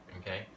Okay